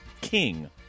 King